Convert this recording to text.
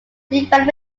developed